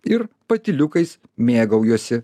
ir patyliukais mėgaujuosi